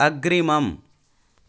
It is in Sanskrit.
अग्रिमम्